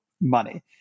money